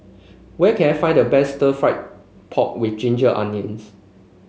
where can I find the best fried pork with Ginger Onions